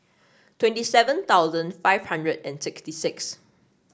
twenty seven thousand five hundred and sixty six